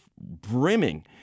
brimming